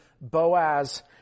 Boaz